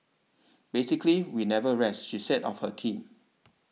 basically we never rest she said of her team